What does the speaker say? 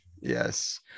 yes